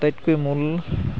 আটাইতকৈ মূল